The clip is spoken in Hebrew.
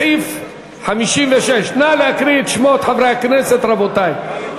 סעיף 56. נא להקריא את שמות חברי הכנסת, רבותי.